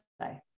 say